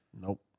Nope